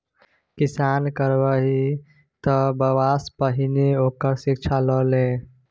किसानी करबही तँ बबासँ पहिने ओकर शिक्षा ल लए